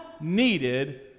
needed